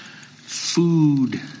food